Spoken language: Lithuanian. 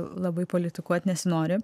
labai politikuot nesinori